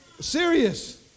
Serious